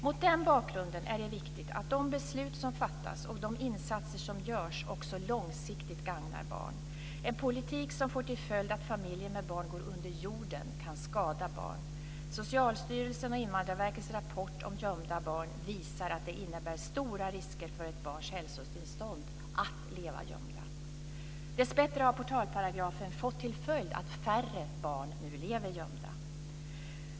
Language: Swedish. Mot den bakgrunden är det viktigt att de beslut som fattas och de insatser som görs också långsiktigt gagnar barn. En politik som får till följd att familjer med barn går under jorden kan skada barn. Socialstyrelsens och Invandrarverkets rapport om gömda barn visar att det innebär stora risker för barns hälsotillstånd att leva gömda. Dessbättre har portalparagrafen fått till följd att färre barn nu lever gömda.